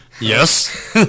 Yes